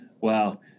wow